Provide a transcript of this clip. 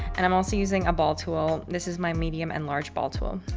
and i'm also using a ball tool. this is my medium and large ball tool.